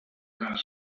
that